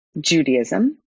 Judaism